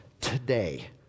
today